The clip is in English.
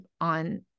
on